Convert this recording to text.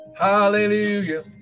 Hallelujah